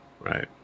right